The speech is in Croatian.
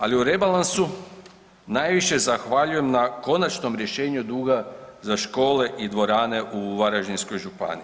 Ali u rebalansu najviše zahvaljujem na konačnom rješenju duga za škole i dvorane u Varaždinskoj županiji.